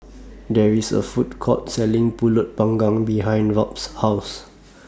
There IS A Food Court Selling Pulut Panggang behind Robt's House